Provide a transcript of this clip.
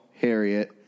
harriet